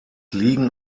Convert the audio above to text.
liegen